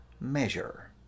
measure